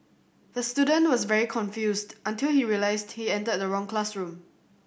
the student was very confused until he realised he entered the wrong classroom